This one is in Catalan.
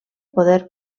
poder